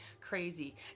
crazy